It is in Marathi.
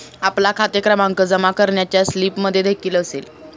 आपला खाते क्रमांक जमा करण्याच्या स्लिपमध्येदेखील असेल